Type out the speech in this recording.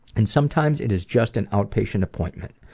and sometimes it is just an outpatient appointment.